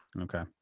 Okay